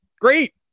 Great